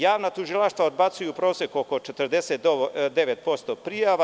Javna tužilaštva odbacuju u proseku oko 49% prijava.